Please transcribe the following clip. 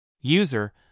User